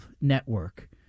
network